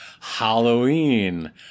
Halloween